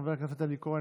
חבר הכנסת אלי כהן,